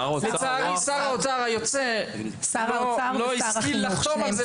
לצערי שר האוצר היוצא לא השכיל לחתום על זה,